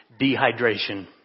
dehydration